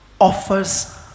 offers